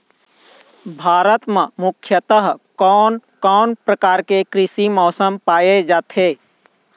भारत म मुख्यतः कोन कौन प्रकार के कृषि मौसम पाए जाथे?